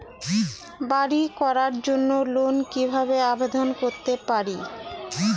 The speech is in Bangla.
বাড়ি করার জন্য লোন কিভাবে আবেদন করতে পারি?